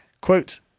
Quote